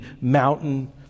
mountain